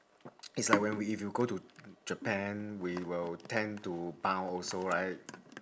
it's like when we if you go to japan we will tend to bow also right